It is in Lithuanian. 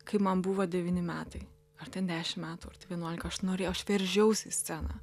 kai man buvo devyni metai ar ten dešim metų ar tai vienuolika aš norėjau veržiausi į sceną